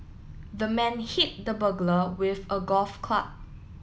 the man hit the burglar with a golf club